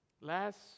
Last